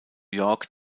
york